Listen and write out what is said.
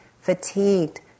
fatigued